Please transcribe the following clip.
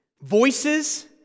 voices